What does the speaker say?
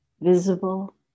visible